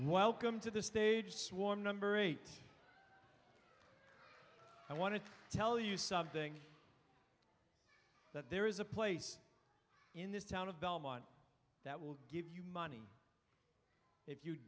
welcome to the stage swarm number eight i want to tell you something that there is a place in this town of belmont that will give you money if you